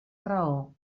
raó